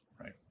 Right